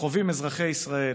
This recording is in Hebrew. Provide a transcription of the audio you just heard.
שחווים אזרחי ישראל,